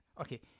Okay